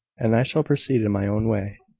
and i shall proceed in my own way.